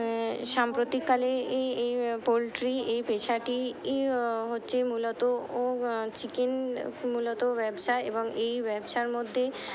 সাম্প্রতিককালে এই এই পোলট্রি এই পেশাটি হচ্ছে মূলত ও চিকেন মূলত ব্যবসা এবং এই ব্যবসার মধ্যে